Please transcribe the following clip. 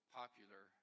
popular